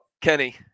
Kenny